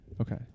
Okay